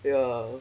ya